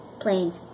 planes